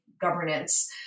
governance